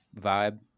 vibe